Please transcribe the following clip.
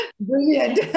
Brilliant